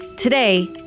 Today